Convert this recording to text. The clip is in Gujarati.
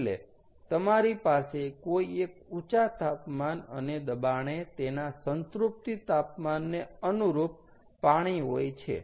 છેલ્લે તમારી પાસે કોઈ એક ઊંચા તાપમાન અને દબાણે તેના સંતૃપ્તિ તાપમાનને અનુરૂપ પાણી હોય છે